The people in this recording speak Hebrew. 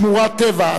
שמורות טבע,